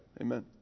Amen